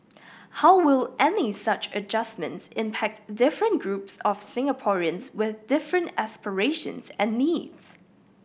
how will any such adjustments impact different groups of Singaporeans with different aspirations and needs